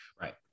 Right